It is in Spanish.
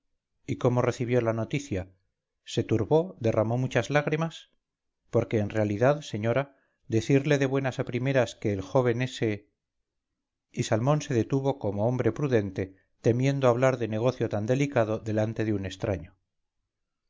y cómo recibió la noticia se turbó derramó muchas lágrimas porque en realidad señora decirle de buenas a primeras que el joven ese y salmón se detuvo como hombre prudente temiendo hablar de negocio tan delicado delante de un extraño